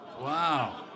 Wow